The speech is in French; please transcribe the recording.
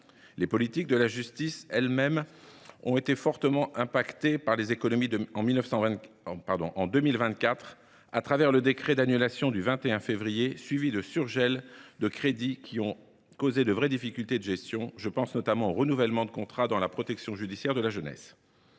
Les politiques de la justice elles mêmes ont été fortement affectées par les économies en 2024, le décret d’annulation du 21 février, suivi de surgels de crédits, ayant causé de réelles difficultés de gestion – je pense notamment aux renouvellements de contrats dans la protection judiciaire de la jeunesse